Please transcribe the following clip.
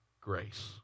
grace